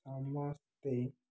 ସମସ୍ତେ